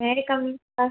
may I come in sir